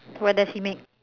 what does he make